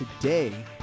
today